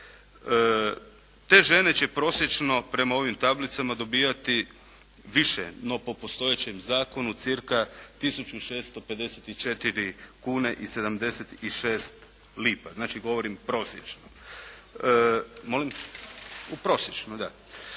Te žene će prosječno prema ovim tablicama dobivati više no po postojećem Zakonu cca. 1654 kune i 76 lipa. Znači govorim prosječno. Osobno smatram da